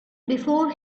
before